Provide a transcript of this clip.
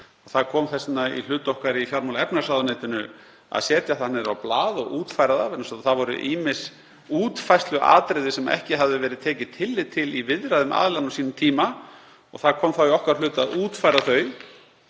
Það kom þess vegna í hlut okkar í fjármála- og efnahagsráðuneytinu að setja það niður á blað og útfæra það vegna þess að það voru ýmis útfærsluatriði sem ekki hafði verið tekið tillit til í viðræðum aðila á sínum tíma og það kom í okkar hlut að útfæra þau.